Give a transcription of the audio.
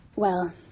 well.